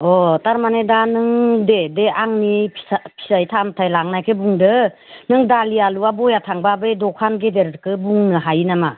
अह थारमाने दा नों दे दे आंनि फिथाइ सामथाइ लांनायखौ बुंदों नों दालि आलुवा बया थांबा बै दखान गेदेरखौ बुंनो हायो नामा